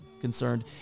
concerned